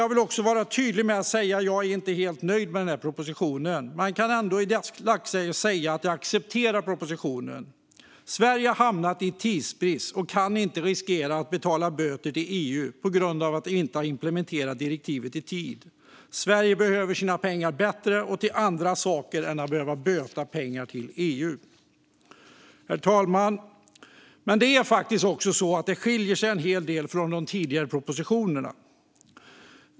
Jag vill också vara tydlig med att jag även om jag inte är helt nöjd med propositionen ändå i dagsläget kan acceptera den. Sverige har hamnat i tidsbrist och kan inte riskera att behöva betala böter till EU på grund av att vi inte har implementerat direktivet i tid. Sverige behöver sina pengar bättre och till andra saker än att behöva böta dem till EU. Herr talman! Det är faktiskt också en hel del i denna proposition som skiljer sig från tidigare propositioner.